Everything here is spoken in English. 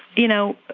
you know,